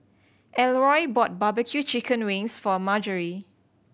Elroy bought barbecue chicken wings for Margery